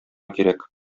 кирәк